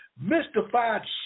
mystified